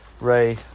Ray